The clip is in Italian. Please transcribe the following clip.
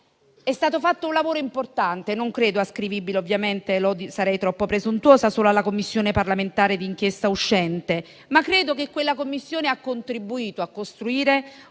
è stato fatto un lavoro importante, non credo ascrivibile - sarei troppo presuntuosa - solo alla Commissione parlamentare d'inchiesta uscente. Credo, però, che quella Commissione abbia contribuito a costruire un altro